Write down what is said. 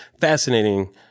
Fascinating